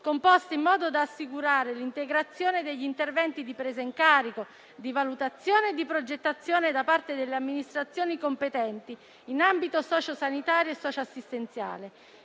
composte in modo da assicurare l'integrazione degli interventi di presa in carico, di valutazione e di progettazione da parte delle amministrazioni competenti in ambito socio sanitario e socioassistenziale,